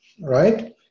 right